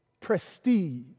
prestige